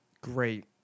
Great